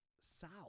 south